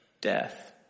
death